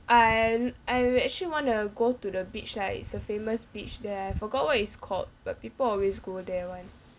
and I will actually want to go to the beach like it's a famous beach there I forgot what it's called but people always go there [one]